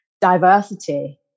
diversity